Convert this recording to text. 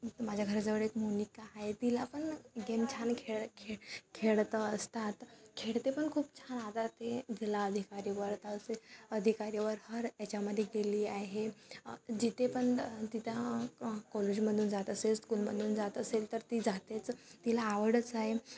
माझ्या घराजवळ एक मुनिका आहे तिला पण गेम छान खेळ खेळ खेळतं असतात खेळते पण खूप छान आता ते तिला अधिकारावर तसे अधिकारावर हर ह्याच्यामध्ये गेली आहे जिथे पण तिथं कॉलेजमधून जात असेल स्कूलमधून जात असेल तर ती जातेच तिला आवडच आहे